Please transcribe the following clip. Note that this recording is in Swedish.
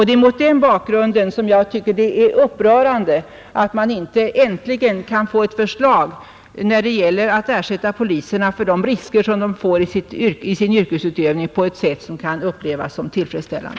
Det är mot denna bakgrund jag tycker det är upprörande att man inte äntligen kan få ett förslag när det gäller att på ett sätt som kan upplevas såsom tillfredställande ersätta poliserna för de risker de tar i sin yrkesutövning.